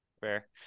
Fair